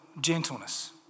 gentleness